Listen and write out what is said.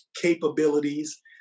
capabilities